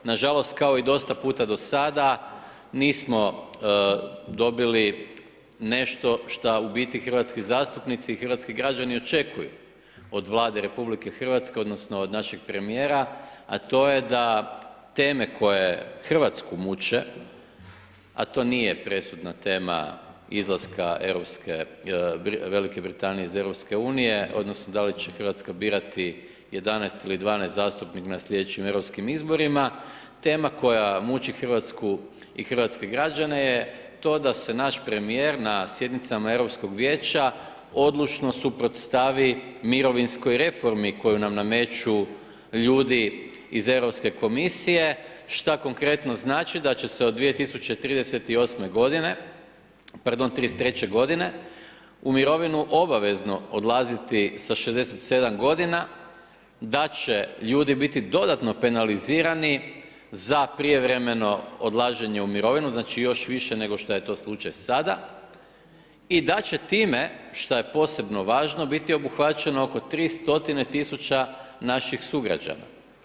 Nažalost, kao i dosta puta do sada nismo dobili nešto šta u biti hrvatski zastupnici i hrvatski građani očekuju od Vlade RH, odnosno od našeg premijera a to je da teme koje Hrvatsku muče a to nije presudna tema izlaska Velike Britanije iz EU, odnosno da li će Hrvatska birati 11 ili 12 zastupnika na sljedećim europskim izborima, tema koja muči Hrvatsku i hrvatske građane je to da se naš premijer na sjednicama Europskog vijeća odlučno suprotstavi mirovinskoj reformi koju nam nameću ljudi iz Europske komisije šta konkretno znači da će se od 2038. godine, pardon 33. godine u mirovinu obavezno odlaziti sa 67 godina, da će ljudi biti dodatno penalizirani za prijevremeno odlaženje u mirovinu, znači još više nego što je to slučaj sada i da će time što je posebno važno biti obuhvaćeno oko 3 stotine tisuća naših sugrađana.